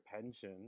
pension